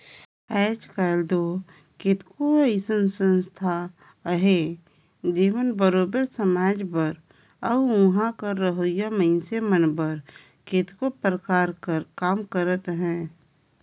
आएज काएल दो केतनो अइसन संस्था अहें जेमन बरोबेर समाज बर अउ उहां कर रहोइया मइनसे मन बर केतनो परकार कर काम करत अहें